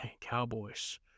Cowboys